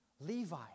Levi